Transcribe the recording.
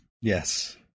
Yes